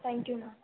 thank you ma'am